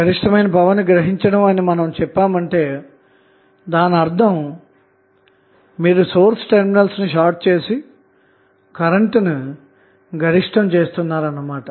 గరిష్టమైన పవర్ ని గ్రహించడం అని మనము చెప్పామంటే దానర్ధం మీరు సోర్స్ టెర్మినల్స్ ను షార్ట్ చేసి కరెంటు ను గరిష్టం చేస్తున్నారన్నమాట